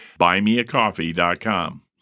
buymeacoffee.com